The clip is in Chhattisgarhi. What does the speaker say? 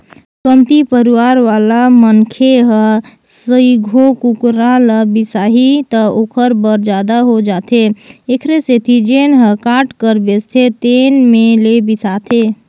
कमती परवार वाला मनखे ह सइघो कुकरा ल बिसाही त ओखर बर जादा हो जाथे एखरे सेती जेन ह काट कर बेचथे तेन में ले बिसाथे